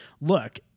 look